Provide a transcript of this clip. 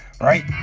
Right